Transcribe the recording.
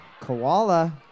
Koala